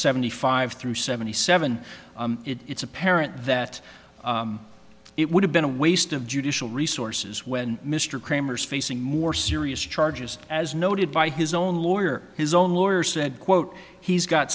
seventy five through seventy seven it's apparent that it would have been a waste of judicial resources when mr kramer is facing more serious charges as noted by his own lawyer his own lawyer said quote he's got